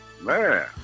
Man